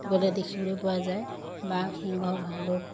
গ'লে দেখিবলৈ পোৱা যায় বাঘ সিংহ ভালুক